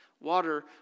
Water